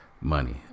money